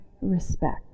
respect